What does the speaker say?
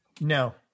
No